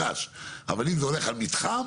אבל אם זה הולך על מתחם,